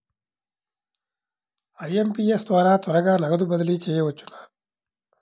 IMPS ద్వారా త్వరగా నగదు బదిలీ చేయవచ్చునా?